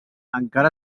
encara